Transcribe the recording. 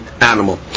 animal